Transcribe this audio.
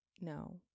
No